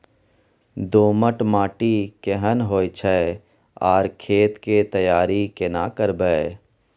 दोमट माटी केहन होय छै आर खेत के तैयारी केना करबै?